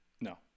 No